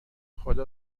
خدا